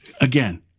Again